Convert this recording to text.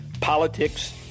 politics